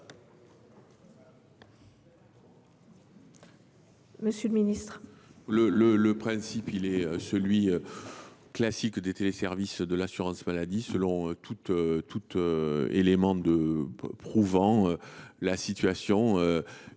Monsieur le ministre,